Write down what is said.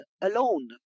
alone